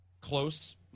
close